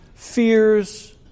fears